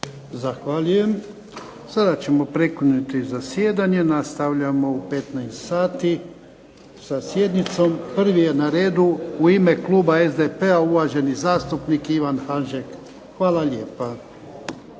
Zahvaljujem. Sada ćemo prekinuti zasjedanje. Nastavljamo u 15 sati sa sjednicom. Prvi je na redu u ime kluba SDP-a uvaženi zastupnik Ivan Hanžek. Hvala lijepa.